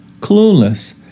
clueless